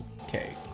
okay